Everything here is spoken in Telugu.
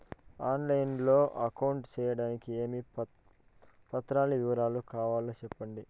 ఆన్ లైను లో అకౌంట్ సేయడానికి ఏమేమి పత్రాల వివరాలు కావాలో సెప్పండి?